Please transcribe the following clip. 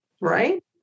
right